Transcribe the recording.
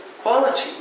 quality